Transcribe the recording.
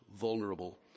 vulnerable